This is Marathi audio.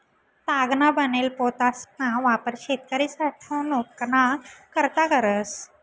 तागना बनेल पोतासना वापर शेतकरी साठवनूक ना करता करस